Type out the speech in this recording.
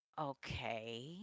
okay